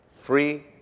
free